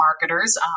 marketers